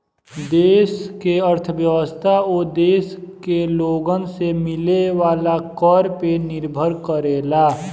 देश के अर्थव्यवस्था ओ देश के लोगन से मिले वाला कर पे निर्भर करेला